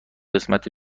قسمت